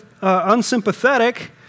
unsympathetic